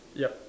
yup